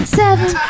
seven